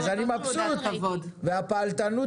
התחלתי ללמוד את החוק הזה